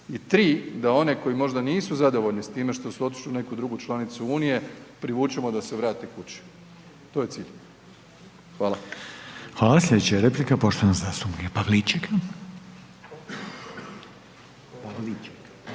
i tri, da oni koji možda nisu zadovoljni s time što su otišli u neku drugu članicu Unije, privučemo da se vrate kući. To je cilj. Hvala. **Reiner, Željko (HDZ)** Hvala, slijedeća